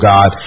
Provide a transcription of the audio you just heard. God